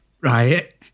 right